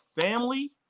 family